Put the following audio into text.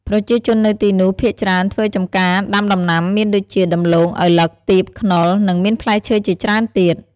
ប្រជាជននៅទីនោះភាគច្រើនធ្វើចំការដាំដំណាំមានដូចជា ដំឡូង ឪឡឹក ទៀប ខ្នុរ និងមានផ្លែឈើជាច្រើនទៀត ។